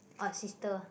or sister